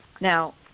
Now